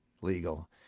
legal